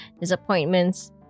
disappointments